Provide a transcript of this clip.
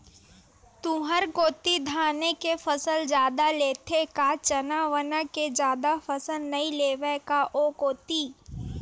तुंहर कोती धाने के फसल जादा लेथे का चना वना के जादा फसल नइ लेवय का ओ कोती?